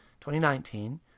2019